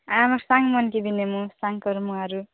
ଆ ଆମ ସାଙ୍ଗମାନେ ବି ନେବୁ ସାଙ୍ଗ କରିବୁ ଆଉ